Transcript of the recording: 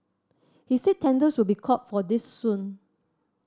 he said tenders will be called for this soon